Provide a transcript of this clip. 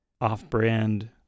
off-brand